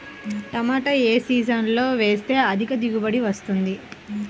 టమాటా ఏ సీజన్లో వేస్తే అధిక దిగుబడి వస్తుంది?